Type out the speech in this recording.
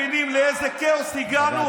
אתם מבינים לאיזה כאוס הגענו?